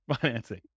financing